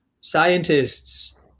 scientists